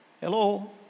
Hello